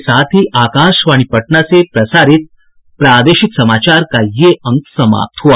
इसके साथ ही आकाशवाणी पटना से प्रसारित प्रादेशिक समाचार का ये अंक समाप्त हुआ